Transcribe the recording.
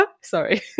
Sorry